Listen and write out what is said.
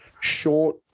Short